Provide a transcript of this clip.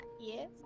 yes